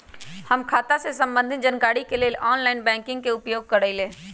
हम खता से संबंधित जानकारी के लेल ऑनलाइन बैंकिंग के उपयोग करइले